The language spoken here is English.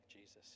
Jesus